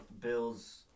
Bill's